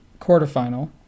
quarterfinal